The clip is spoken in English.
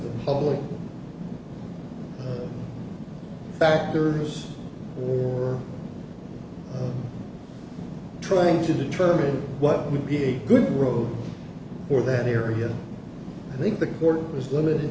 the public factors or trying to determine what would be a good road for that area i think the court was limited